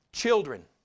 Children